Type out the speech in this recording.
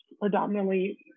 predominantly